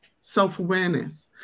self-awareness